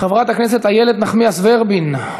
חברת הכנסת איילת נחמיאס ורבין.